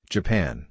Japan